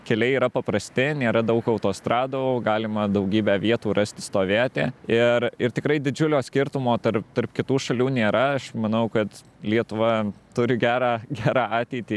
keliai yra paprasti nėra daug autostradų galima daugybę vietų rasti stovėti ir ir tikrai didžiulio skirtumo tarp tarp kitų šalių nėra aš manau kad lietuva turi gerą gerą ateitį